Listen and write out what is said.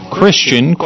Christian